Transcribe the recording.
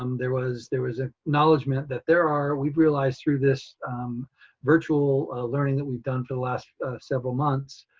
um there was there was ah acknowledgement that there are, we've realized through this virtual learning that we've done for the last several months,